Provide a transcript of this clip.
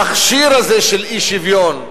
המכשיר הזה של אי-שוויון,